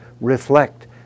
reflect